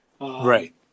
Right